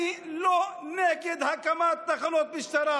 אני לא נגד הקמת תחנות משטרה.